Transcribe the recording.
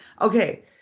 Okay